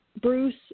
Bruce